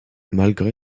malgré